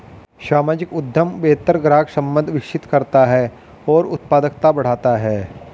सामाजिक उद्यम बेहतर ग्राहक संबंध विकसित करता है और उत्पादकता बढ़ाता है